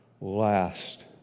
last